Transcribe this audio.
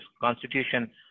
constitution